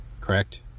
correct